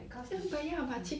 like cause 你